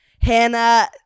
Hannah